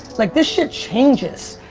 like this shit changes.